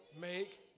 make